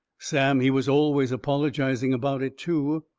sam, he was always apologizing about it, too.